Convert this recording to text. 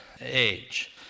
age